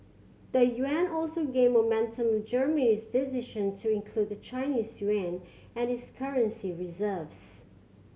the yuan also gained momentum on Germany's decision to include the Chinese yuan in its currency reserves